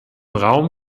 raum